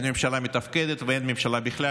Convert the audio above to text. אין ממשלה מתפקדת ואין ממשלה בכלל,